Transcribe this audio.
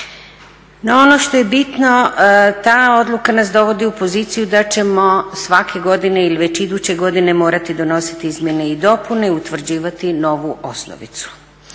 No, ono što je bitno ta odluka nas dovodi u poziciju da ćemo svake godine ili već iduće godine morati donositi izmjene i dopune i utvrđivati novu osnovicu.